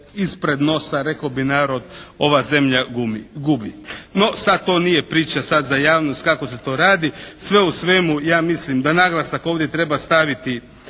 ispred nosa rekao bi narod ova zemlja gubi. No sad to nije priča sad za javnost kako se to radi. sve u svemu ja mislim da naglasak ovdje treba staviti